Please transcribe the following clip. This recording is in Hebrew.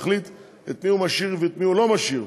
להחליט את מי הוא משאיר ואת מי הוא לא משאיר.